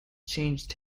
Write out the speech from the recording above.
changed